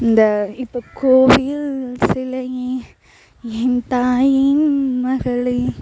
இந்த இப்போ